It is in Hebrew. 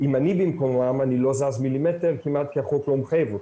אם אני במקומם אני לא זז מילימטר כמעט כי החוק לא מחייב אותי.